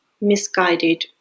misguided